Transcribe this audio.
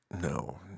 no